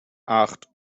acht